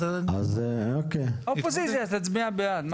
בסדר, אז --- האופוזיציה תצביע בעד...